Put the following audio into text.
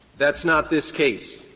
that's not this case.